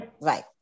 right